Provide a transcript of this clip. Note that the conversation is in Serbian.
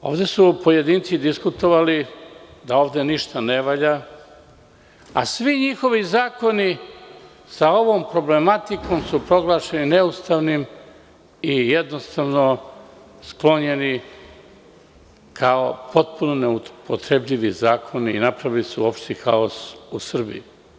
Ovde su pojedinci diskutovali da ovde ništa ne valja, a svi njihovi zakoni sa ovom problematikom su proglašeni neustavnim i jednostavno sklonjeni kao potpuno neupotrebljivi zakoni i napravili su opšti haos u Srbiji.